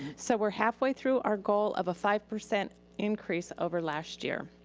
so we're halfway through our goal of a five percent increase over last year.